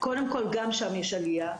גם שם יש עלייה.